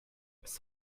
bis